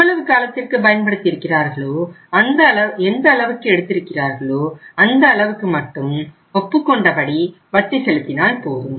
எவ்வளவு காலத்திற்கு பயன்படுத்தி இருக்கிறார்களோ எந்த அளவுக்கு எடுத்திருக்கிறார்களோ அந்த அளவுக்கு மட்டும் ஒப்புக்கொண்டபடி வட்டி செலுத்தினால் போதும்